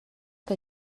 que